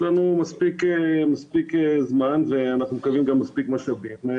יש לנו מספיק זמן ואנחנו מקווים גם מספיק משאבים.